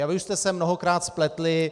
A vy už jste se mnohokrát spletli.